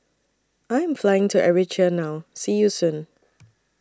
I Am Flying to Eritrea now See YOU Soon